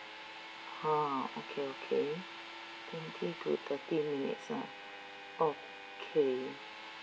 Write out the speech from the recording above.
ha okay okay twenty to thirty minutes ah okay